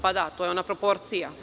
Pa da, to je ona proporcija.